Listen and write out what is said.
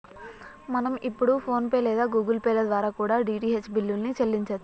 మనం ఇప్పుడు ఫోన్ పే లేదా గుగుల్ పే ల ద్వారా కూడా డీ.టీ.హెచ్ బిల్లుల్ని చెల్లించచ్చు